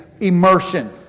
immersion